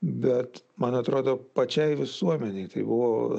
bet man atrodo pačiai visuomenei tai buvo